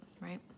right